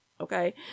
okay